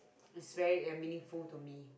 is very uh meaningful to me